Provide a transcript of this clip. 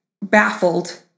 baffled